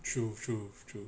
truth truth truth